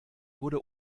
wurde